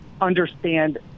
understand